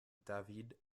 david